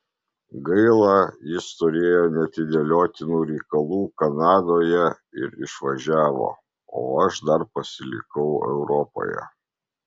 gaila jis turėjo neatidėliotinų reikalų kanadoje ir išvažiavo o aš dar pasilikau europoje